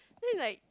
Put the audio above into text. then like